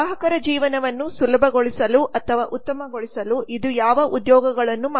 ಗ್ರಾಹಕರ ಜೀವನವನ್ನು ಸುಲಭಗೊಳಿಸಲು ಅಥವಾ ಉತ್ತಮಗೊಳಿಸಲು ಇದು ಯಾವ ಉದ್ಯೋಗಗಳನ್ನು ಮಾಡುತ್ತದೆ